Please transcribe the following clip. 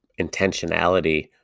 intentionality